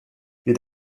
wie